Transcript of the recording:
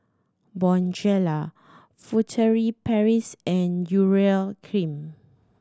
Bonjela Furtere Paris and Urea Cream